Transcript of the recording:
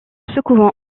secouant